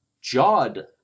jawed